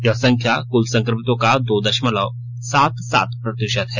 यह संख्या कुल संक्रमितों का दो दशमलव सात सात प्रतिशत है